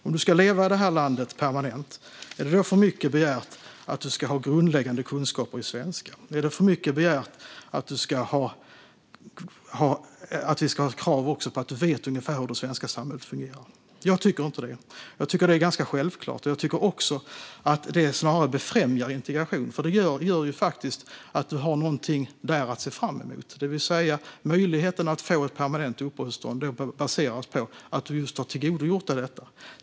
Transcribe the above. Om man ska leva permanent i det här landet är det för mycket begärt att man ska ha grundläggande kunskaper i svenska? Är det för mycket begärt att det finns ett krav att man ska veta ungefär hur det svenska samhället fungerar? Det tycker inte jag, utan det är ganska självklart. Det här snarare befrämjar integration. Det gör ju att man har något att se fram emot. Möjligheten att få ett permanent uppehållstillstånd baseras på att man har tillgodogjort sig detta.